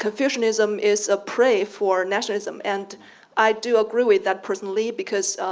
confucianism is a prey for nationalism, and i do agree with that personally, because,